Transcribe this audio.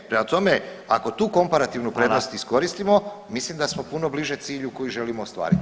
Prema tome, ako tu komparativnu [[Upadica Radin: Hvala.]] prednost iskoristimo mislim da smo puno bliže cilju koji želimo ostvariti.